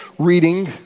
Reading